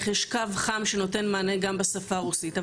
יש קו חם שנותן מענה גם בשפה הרוסית.